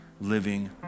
living